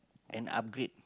an upgrade